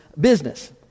business